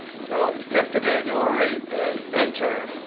so effective annual rate and enter.